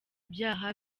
byaha